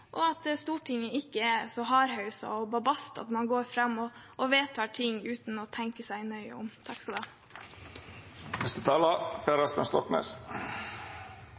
og at Stortinget ikke er så hardhaus og bombastisk at man vedtar ting uten å tenke seg nøye om. Det er fint at regjeringen varsler at det skal